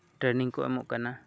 training ᱠᱚ ᱮᱢᱚᱜ ᱠᱟᱱᱟ